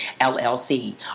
LLC